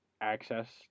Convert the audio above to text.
access